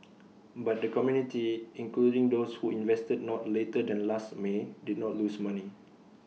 but the community including those who invested not later than last may did not lose money